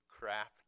craft